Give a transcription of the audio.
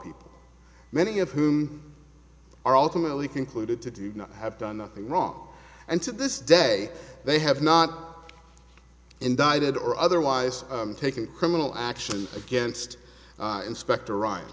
people many of whom are ultimately concluded to do not have done nothing wrong and to this day they have not indicted or otherwise taking criminal action against inspector r